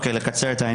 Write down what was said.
אני מקצר.